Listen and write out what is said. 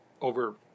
over